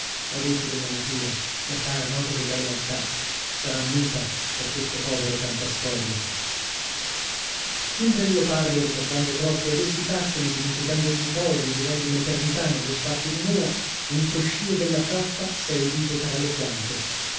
la voce della natura la cara nota della realtà sarà muta per questo povero cantastorie mentre io parlo ricordando troppo ed essi tacciono dimenticando ogni cosa e vivendo un'eternità nello spazio d'un'ora un fruscio della frappa s'è udito tra le piante